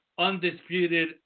undisputed